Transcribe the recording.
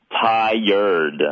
Tired